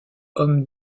hommes